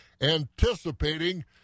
anticipating